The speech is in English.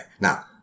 Now